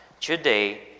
Today